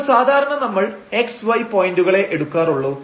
അപ്പോൾ സാധാരണ നമ്മൾ x y പോയന്റുകളെ എടുക്കാറുള്ളൂ